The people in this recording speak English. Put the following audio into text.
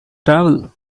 travel